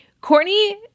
courtney